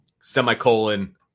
semicolon